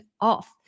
off